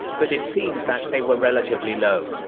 but it seems that they were relatively low,